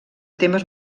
temes